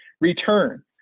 return